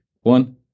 one